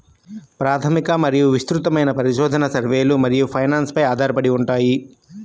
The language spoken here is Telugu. ప్రాథమిక మరియు విస్తృతమైన పరిశోధన, సర్వేలు మరియు ఫైనాన్స్ పై ఆధారపడి ఉంటాయి